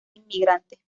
inmigrantes